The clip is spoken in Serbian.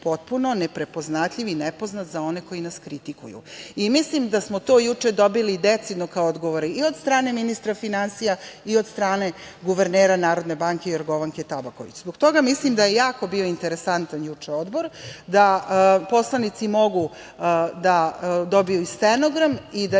potpuno neprepoznatljiv i nepoznat za one koji nas kritikuju. Mislim da smo to juče dobili decidno kao odgovore, i od strane ministra finansija i od strane guvernera Narodne banke, Jorgovanke Tabaković. Zbog toga mislim da je jako bio interesantan juče Odbor, da poslanici mogu da dobiju i stenogram i da